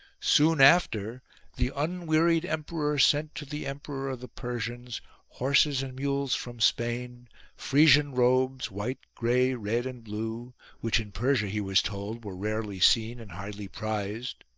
soon after the unwearied emperor sent to the emperor of the persians horses and mules from spain frisian robes, white, grey, red and blue which in persia, he was told, were rarely seen and highly prized.